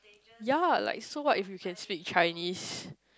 ya like so what if you can speak Chinese